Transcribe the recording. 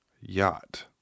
yacht